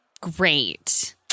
Great